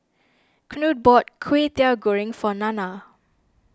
Knute bought Kway Teow Goreng for Nanna